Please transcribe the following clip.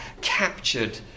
captured